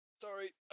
Sorry